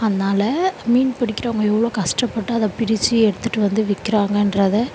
அதனால மீன் பிடிக்கிறவங்க எவ்வளோ கஷ்டப்பட்டு அதை பிடித்து எடுத்துகிட்டு வந்து விற்கிறாங்கன்றத